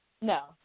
No